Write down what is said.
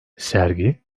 sergi